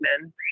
men